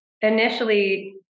initially